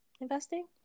investing